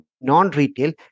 non-retail